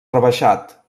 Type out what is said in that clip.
rebaixat